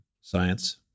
Science